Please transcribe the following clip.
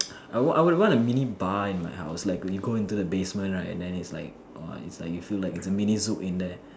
I I would want a mini bar in my house like when you go into the basement right and then is like !wow! is like you feel like a mini Zouk in there